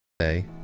say